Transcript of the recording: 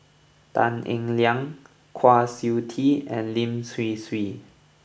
Tan Eng Liang Kwa Siew Tee and Lin Hsin Hsin